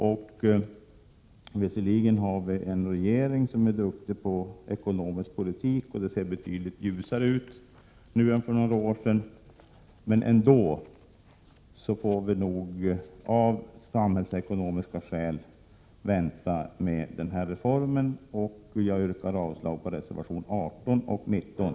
Trots att vi har en regering som är duktig på ekonomisk politik och trots att det nu ser betydligt ljusare ut än för några år sedan, får vi nog av samhällsekonomiska skäl ändå vänta med denna reform. Jag yrkar avslag på reservationerna 18 och 19.